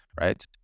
right